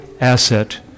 asset